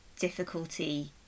difficulty